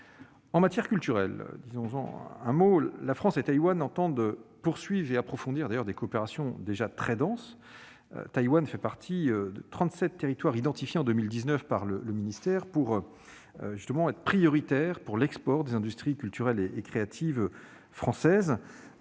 En matière culturelle, la France et Taïwan entendent poursuivre et approfondir leurs coopérations déjà très denses. Taïwan fait partie des trente-sept territoires identifiés en 2019 par le ministère comme prioritaires pour l'export des industries culturelles et créatives françaises.